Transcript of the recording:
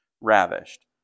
ravished